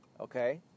Okay